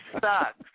sucks